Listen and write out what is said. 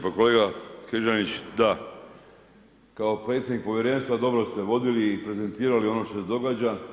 Pa kolega Križanić, da, kao predsjednik povjerenstva, dobro ste vodili i prezentirali ono što se događa.